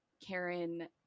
Karen